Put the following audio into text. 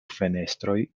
fenestroj